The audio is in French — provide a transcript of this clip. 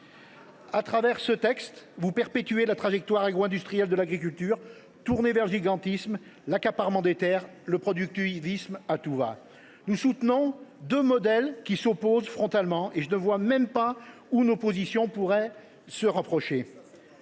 À travers ce texte, vous perpétuez la trajectoire agro industrielle de l’agriculture, tournée vers le gigantisme, l’accaparement des terres, le productivisme à tout va. Nous soutenons deux modèles qui s’opposent frontalement et je ne vois même pas où nos positions pourraient se rapprocher